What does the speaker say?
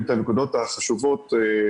הנקודות החשובות שאתם העליתם,